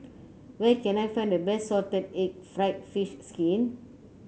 where can I find the best Salted Egg fried fish skin